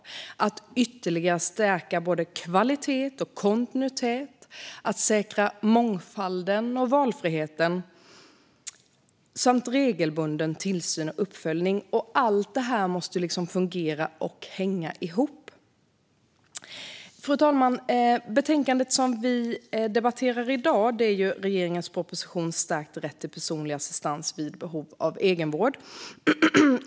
Det handlar om att ytterligare stärka kvalitet och kontinuitet och att säkra mångfald och valfrihet samt regelbunden tillsyn och uppföljning. Allt detta måste fungera och hänga ihop. Fru talman! I det betänkande som vi nu debatterar behandlas regeringens proposition Stärkt rätt till personlig assistans vid behov av egenvård.